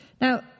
now